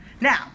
Now